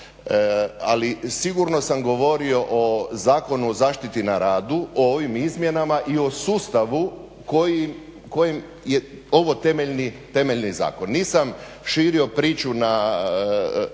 ali sigurno sam govorio o Zakonu o zaštiti na radu o ovim izmjenama i o sustavu kojem je ovo temeljni zakon. nisam širio priču na